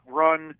run